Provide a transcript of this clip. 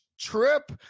trip